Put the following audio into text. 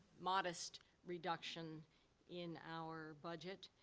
modest reduction in our budget.